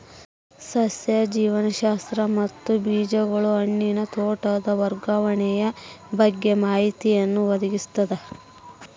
ಸಸ್ಯ ಜೀವಶಾಸ್ತ್ರ ಮತ್ತು ಬೀಜಗಳು ಹಣ್ಣಿನ ತೋಟದ ನಿರ್ವಹಣೆಯ ಬಗ್ಗೆ ಮಾಹಿತಿಯನ್ನು ಒದಗಿಸ್ತದ